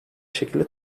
şekilde